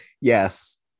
Yes